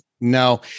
No